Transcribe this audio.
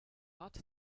art